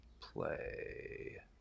play